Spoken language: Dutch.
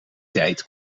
tijd